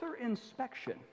inspection